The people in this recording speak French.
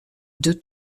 deux